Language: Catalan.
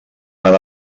van